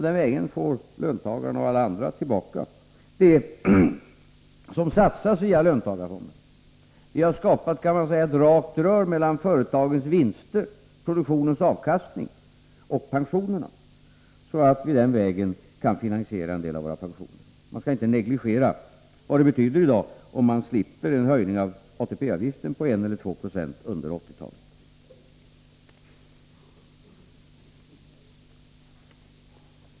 Den vägen får löntagarna och alla andra tillbaka det som satsas via löntagarfonderna. Man kan säga att vi har skapat ett rakt rör mellan företagens vinster, produktionens avkastning, och pensionerna, så att vi den vägen kan finansiera en del av våra pensioner. Man skall inte negligera vad det betyder i dag om vi slipper en höjning av ATP-avgiften med 1 eller 2 90 under 1980-talet.